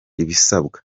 ibisabwa